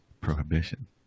prohibition